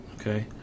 Okay